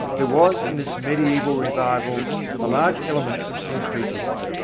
there was in its mediaeval revival a large element of syncretism.